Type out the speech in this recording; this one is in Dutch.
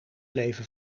leven